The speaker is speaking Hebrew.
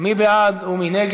לא הוציא.